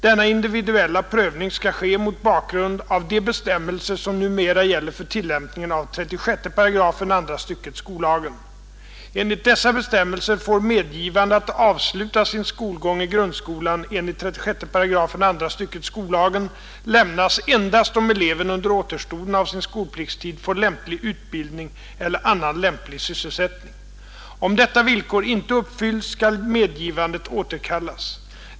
Denna individuella prövning skall ske mot bakgrund av de bestämmelser som numera gäller för tillämpningen av 36 § andra stycket skollagen. Enligt dessa bestämmelser får medgivande att avsluta sin skolgång i grundskolan enligt 36 § andra stycket skollagen lämnas endast om eleven under återstoden av sin skolpliktstid får lämplig utbildning eller annan lämplig sysselsättning. Om detta villkor inte uppfylls, skall medgivandet återkallas.